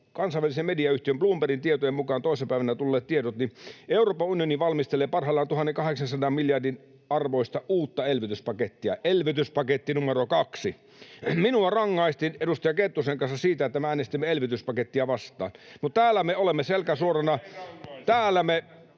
kansainvälisen mediayhtiö Bloombergin toissa päivänä tulleiden tietojen mukaan Euroopan unioni valmistelee parhaillaan uutta 1 800 miljardin arvoista elvytyspakettia, elvytyspakettia numero kaksi. Minua rangaistiin edustaja Kettusen kanssa siitä, että me äänestimme elvytyspakettia vastaan, mutta täällä me olemme selkä suorana, [Riikka